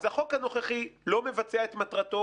אז החוק הנוכחי לא מבצע את מטרתו,